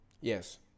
Yes